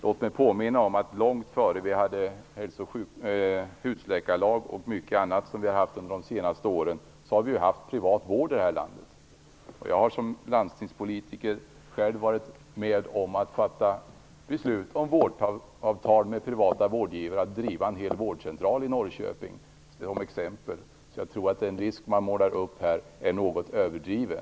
Låt mig påminna om att långt innan vi hade husläkarlag och annat har vi haft privat vård i det här landet. Som exempel kan jag nämna att jag som landstingspolitiker har varit med om att fatta beslut om vårdavtal med privata vårdgivare om att driva en hel vårdcentral i Norrköping. Jag tror att den risk som man här målar upp är något överdriven.